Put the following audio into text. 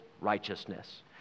righteousness